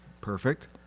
Perfect